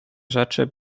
rzeczy